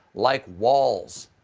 like walls.